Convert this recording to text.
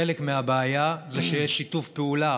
חלק מהבעיה זה שיש שיתוף פעולה